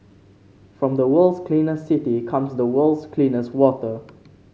from the world's cleanest city comes the world's cleanest water